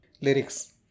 Lyrics